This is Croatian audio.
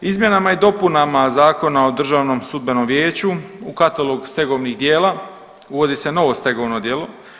Izmjena i dopunama Zakona o Državnom sudbenom vijeću u katalogu stegovnih dijela uvodi se novo stegovno djelo.